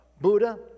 Buddha